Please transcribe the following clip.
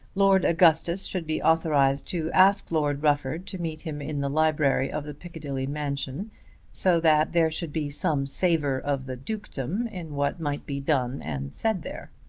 lord augustus should be authorised to ask lord rufford to meet him in the library of the piccadilly mansion so that there should be some savour of the dukedom in what might be done and said there.